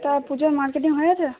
তা পুজোর মার্কেটিং হয়ে গেছে